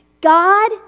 God